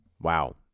wow